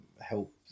help